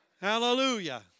Hallelujah